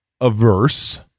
averse